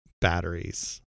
batteries